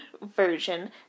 version